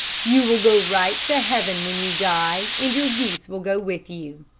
you will go right to heaven when you die, and your geese will go with you.